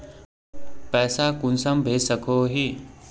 पैसा कुंसम भेज सकोही?